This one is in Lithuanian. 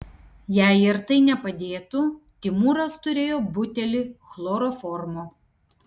jei ir tai nepadėtų timūras turėjo butelį chloroformo